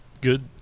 good